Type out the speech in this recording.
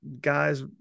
guys